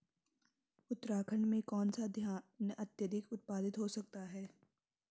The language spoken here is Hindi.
उत्तराखंड में कौन सा धान अत्याधिक उत्पादित हो सकता है?